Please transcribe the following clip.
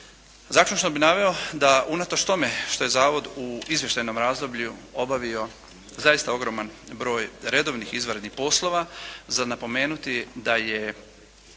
Zaključno bih naveo da unatoč tome što je Zavod u izvještajnom razdoblju obavio zaista ogroman broj redovnih, izvanrednih poslova za napomenuti da je